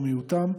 ומיעוטם,